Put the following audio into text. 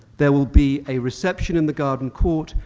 there will be a reception in the garden court,